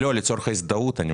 לא, לצורך ההזדהות.